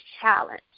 challenge